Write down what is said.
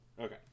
Okay